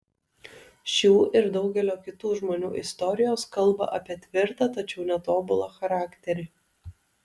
šių ir daugelio kitų žmonių istorijos kalba apie tvirtą tačiau netobulą charakterį